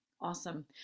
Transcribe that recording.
Awesome